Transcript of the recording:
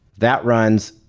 that runs,